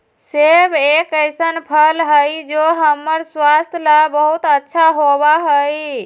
सेब एक ऐसन फल हई जो हम्मर स्वास्थ्य ला बहुत अच्छा होबा हई